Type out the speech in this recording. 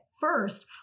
first